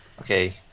Okay